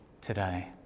today